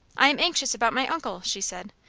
i am anxious about my uncle, she said.